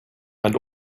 and